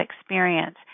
experience